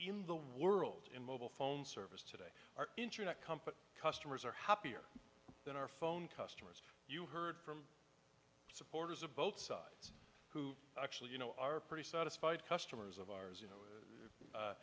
in the world in mobile phone service today our internet company customers are happier than our phone customers you heard from supporters of both sides who actually you know are pretty satisfied customers of